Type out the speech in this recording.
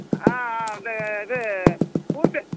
ஆ ஆ இந்த இது பூ செ